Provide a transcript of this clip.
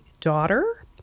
daughter